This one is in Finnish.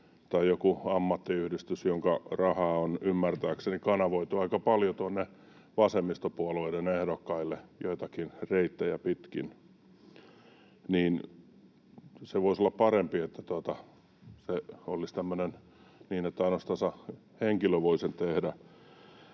tai joku ammattiyhdistys, jonka rahaa on ymmärtääkseni kanavoitu aika paljon tuonne vasemmistopuolueiden ehdokkaille joitakin reittejä pitkin. Se voisi olla parempi, että se olisi tämmöinen, että ainoastaan henkilö voi sen tehdä.